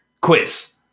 quiz